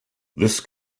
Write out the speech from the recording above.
this